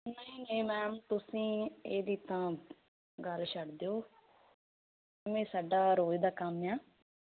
ਨਹੀਂ ਨਹੀਂ ਮੈਮ ਤੁਸੀਂ ਇਹਦੀ ਤਾਂ ਗੱਲ ਛੱਡ ਦਿਓ ਇਹ ਸਾਡਾ ਰੋਜ਼ ਦਾ ਕੰਮ ਆ